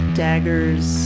daggers